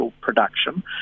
production